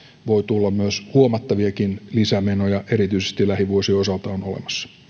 voi tulla myös huomattaviakin lisämenoja erityisesti lähivuosien osalta on olemassa